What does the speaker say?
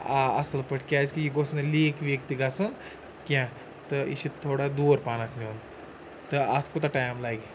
آ اَصٕل پٲٹھۍ کیٛازِکہِ یہِ گوٚژھ نہٕ لیٖک ویٖک تہِ گژھُن کینٛہہ تہٕ یہِ چھِ تھوڑا دوٗر پہنَتھ نیُن تہٕ اَتھ کوٗتاہ ٹایم لَگہِ